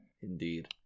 Indeed